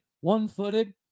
one-footed